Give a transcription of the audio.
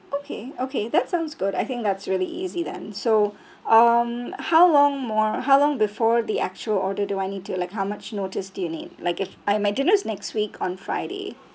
okay okay that sounds good I think that's really easy then so um how long more how long before the actual order do I need to like how much notice do you need like if I my dinner's next week on friday